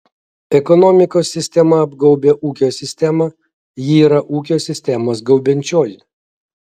ekonomikos sistema apgaubia ūkio sistemą ji yra ūkio sistemos gaubiančioji